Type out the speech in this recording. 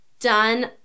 done